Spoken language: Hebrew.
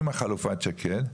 עם חלופת שקד,